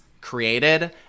created